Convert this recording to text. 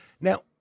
Now